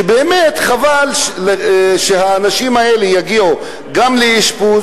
שבאמת חבל שהאנשים האלה יגיעו גם לאשפוז